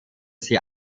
sie